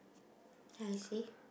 can I see